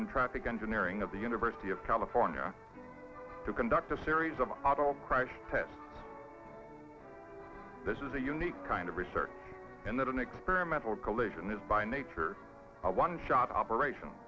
and traffic engineering of the university of california to conduct a series of crash tests this is a unique kind of research in that an experimental collision is by nature a one shot operation